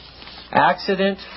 accident